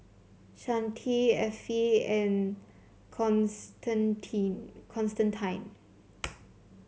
Shante Effie and Constantine